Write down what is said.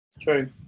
True